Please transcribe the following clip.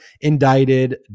indicted